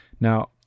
Now